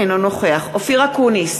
אינו נוכח אופיר אקוניס,